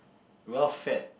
well fed